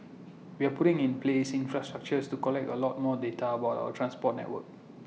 we're putting in place infrastructure to collect A lot more data about our transport network